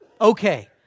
okay